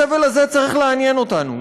הסבל הזה צריך לעניין אותנו,